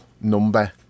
number